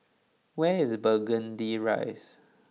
where is Burgundy Rise